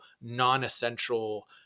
non-essential